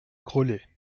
groslay